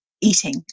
eating